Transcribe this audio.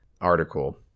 article